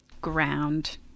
ground